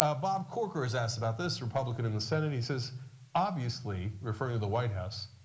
ah bob corker is asked about this, or public and in the senate, he says obviously, referring to the white house,